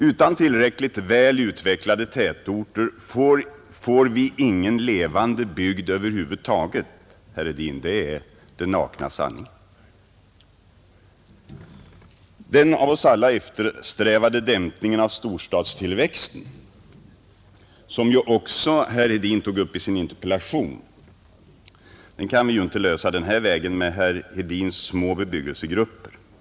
Utan tillräckligt väl utvecklade tätorter får vi ingen levande bygd över huvud taget, herr Hedin, det är den nakna sanningen. Den av oss alla eftersträvade dämpningen av storstadstillväxten, som herr Hedin också tog upp i sin interpellation, kan vi inte lösa den här vägen med herr Hedins små bebyggelsegrupper.